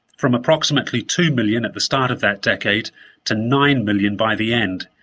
from approximately two million at the start of that decade to nine million by the end.